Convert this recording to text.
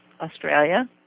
Australia